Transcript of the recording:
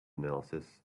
analysis